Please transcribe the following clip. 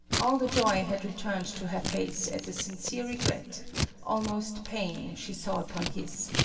all the joy had returned to her face at the sincere regret almost pain she saw upon his.